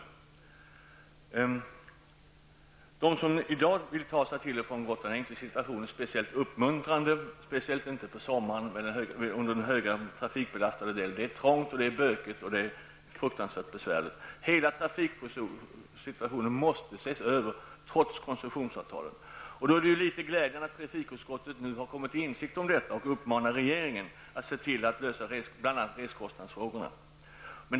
Situationen i dag är inte särskilt uppmuntrande för dem som vill ta sig till och från Gotland -- i synnerhet inte på sommaren under den hårt trafikbelastade tiden. Det är trångt, bökigt och fruktansvärt besvärligt! Hela trafiksituationen måste ses över trots koncessionsavtalet. Det är litet glädjande att trafikutskottet nu har kommit till insikt om detta och uppmanar regeringen att se till att bl.a. lösa resekostnadsfrågan.